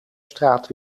straat